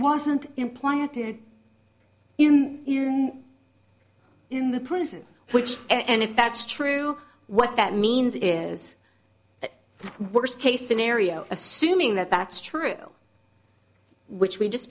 wasn't implying to you in the prison which and if that's true what that means it is worst case scenario assuming that that's true which we just